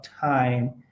time